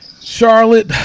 charlotte